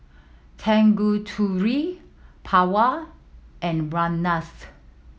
Tanguturi Pawan and Ramnath